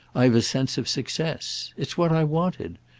i've a sense of success. it's what i wanted.